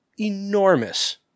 enormous